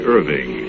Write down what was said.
Irving